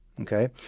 Okay